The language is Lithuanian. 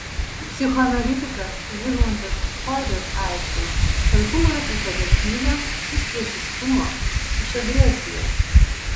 psichoanalitikas zigmundas froidas aiškino kad humoras visada kyla iš priešiškumo iš agresijos